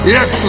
Yes